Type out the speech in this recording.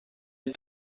die